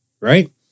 right